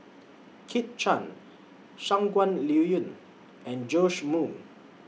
Kit Chan Shangguan Liuyun and Joash Moo